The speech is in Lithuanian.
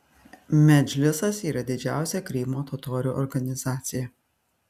medžlisas yra didžiausia krymo totorių organizacija